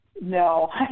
No